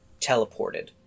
teleported